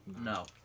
No